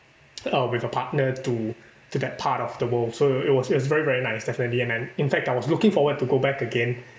uh with a partner to to that part of the world so it was it was very very nice definitely and and in fact I was looking forward to go back again